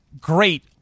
great